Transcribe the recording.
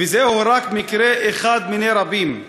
וזהו רק מקרה אחד מני רבים,